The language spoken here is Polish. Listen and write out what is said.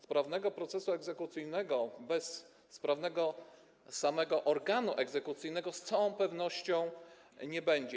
Sprawnego procesu egzekucyjnego bez sprawnego organu egzekucyjnego z całą pewnością nie będzie.